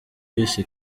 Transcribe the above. bise